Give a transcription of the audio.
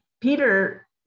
peter